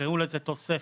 תקראו לזה תוספת,